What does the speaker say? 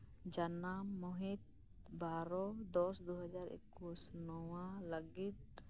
ᱡᱟᱱᱟᱢ ᱢᱟᱹᱦᱤᱛ ᱵᱟᱨᱚ ᱫᱚᱥ ᱫᱩ ᱦᱟᱡᱟᱨ ᱮᱠᱩᱥ ᱱᱚᱣᱟ ᱞᱟᱹᱜᱤᱫ